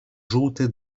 żółty